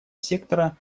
сектора